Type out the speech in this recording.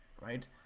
right